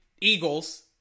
Eagles